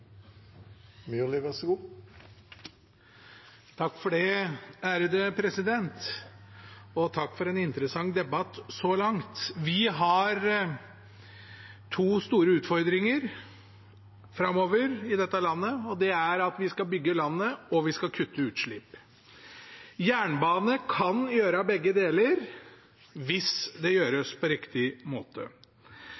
Takk for en interessant debatt så langt. Vi har to store utfordringer framover i dette landet, og det er at vi skal bygge landet, og vi skal kutte utslipp. Jernbane kan gjøre begge deler – hvis det